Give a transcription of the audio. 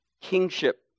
kingship